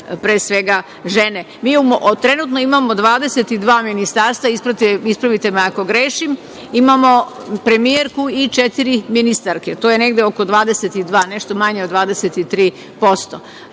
pre svega žene. Mi trenutno imamo 22 ministarstva, ispravite me ako grešim, imamo premijerku i četiri ministarke. To je negde oko 22, nešto manje od 23%.